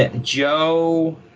Joe